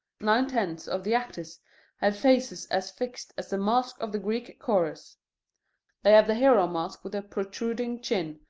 nine-tenths of the actors have faces as fixed as the masks of the greek chorus they have the hero-mask with the protruding chin,